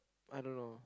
I don't know